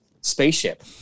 spaceship